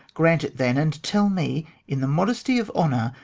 grant it then and tell me, in the modesty of honour,